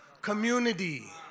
community